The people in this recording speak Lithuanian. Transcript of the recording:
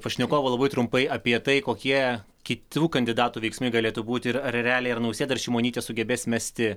pašnekovų labai trumpai apie tai kokie kitų kandidatų veiksmai galėtų būt ir ar realiai ar nausėda ar šimonytė sugebės mesti